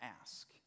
ask